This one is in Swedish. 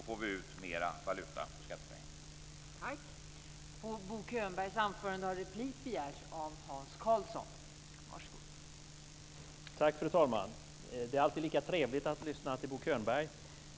Får vi ut mer valuta för skattepengarna?